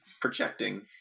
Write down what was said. projecting